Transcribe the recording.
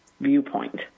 viewpoint